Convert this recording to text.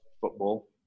football